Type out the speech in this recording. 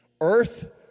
Earth